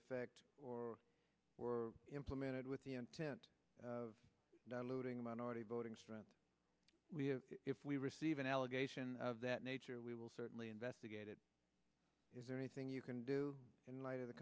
effect or were implemented with the intent of downloading minority voting strength we have if we receive an allegation of that nature we will certainly investigate it is there anything you can do in light of the